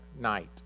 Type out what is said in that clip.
night